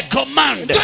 command